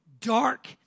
dark